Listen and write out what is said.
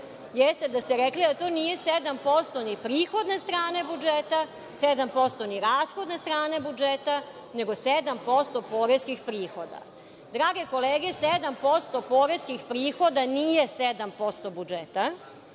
jeste da ste rekli da to nije 7% ni prihodne strane budžeta, 7% ni rashodne strane budžeta, nego 7% poreskih prihoda. Drage kolege, 7% poreskih prihoda nije 7% budžeta.